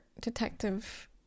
detective